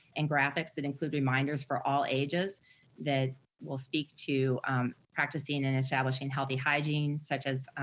and graphics that include reminders for all ages that will speak to practicing and establishing healthy hygiene such as,